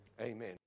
amen